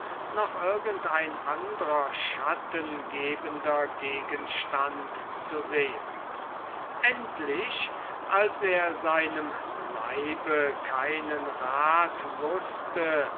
noch irgend ein andrer schattengebender gegenstand zu sehen endlich als er seinem leibe keinen rat wußte